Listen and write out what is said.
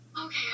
okay